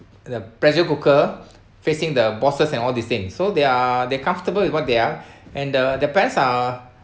the pressure cooker facing the bosses and all these thing so they are they comfortable with what they are and the the parents are